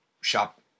shop